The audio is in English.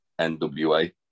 NWA